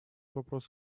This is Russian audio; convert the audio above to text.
вопрос